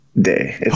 Day